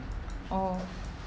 oh